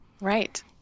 Right